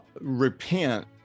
repent